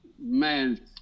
Man